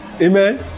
Amen